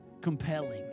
compelling